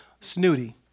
snooty